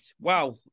wow